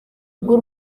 bw’u